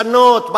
בא לשנות,